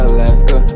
Alaska